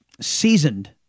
seasoned